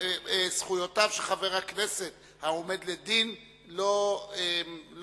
זכויותיו של חבר הכנסת העומד לדין לא משתנות.